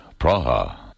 Praha